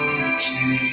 okay